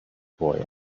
boy